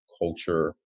culture